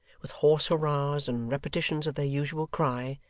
with hoarse hurrahs and repetitions of their usual cry,